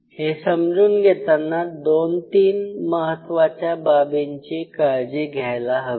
हे समजून घेताना 2 3 महत्त्वाच्या बाबींची काळजी घ्यायला हवी